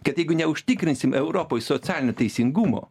kad jeigu neužtikrinsim europoj socialinio teisingumo